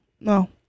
No